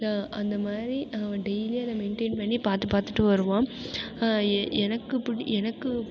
அந்த மாதிரி அவன் டெய்லி அதை மெயின்டெயின் பண்ணி பார்த்து பார்த்துட்டு வருவான் எ எனக்கு பிடி எனக்கு